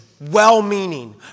well-meaning